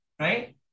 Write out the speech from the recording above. right